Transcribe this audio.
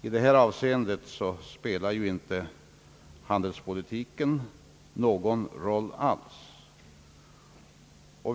I det här avseendet spelar ju inte handelspolitiken någon roll alls.